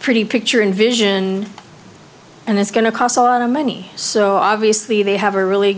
pretty picture in vision and it's going to cost a lot of money so obviously they have a really